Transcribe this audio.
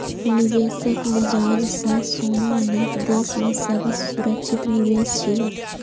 निवेशक लिजाज सं सोना अनेक देश मे सबसं सुरक्षित निवेश छियै